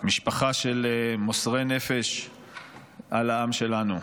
למשפחה של מוסרי נפש על העם שלנו.